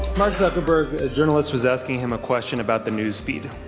mark zuckerberg, a journalist was asking him a question about the news feed.